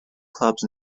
clubs